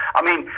i mean,